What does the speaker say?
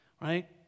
right